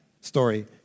story